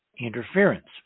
interference